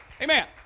Amen